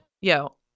Yo